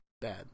bad